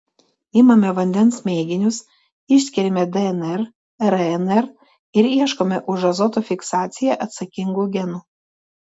imame vandens mėginius išskiriame dnr rnr ir ieškome už azoto fiksaciją atsakingų genų